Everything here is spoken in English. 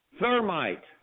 Thermite